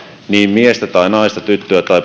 miestä tai naista tyttöä